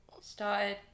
started